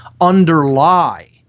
underlie